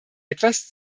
etwas